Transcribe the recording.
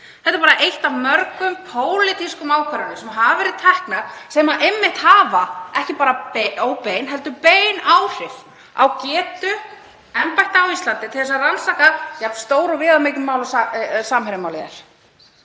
Þetta er bara ein af mörgum pólitískum ákvörðunum sem hafa verið teknar sem hafa ekki bara bein óbein heldur bein áhrif á getu embætta á Íslandi til að rannsaka jafn stór og viðamikil og Samherjamálið er.